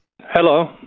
Hello